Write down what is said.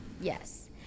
yes